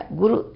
guru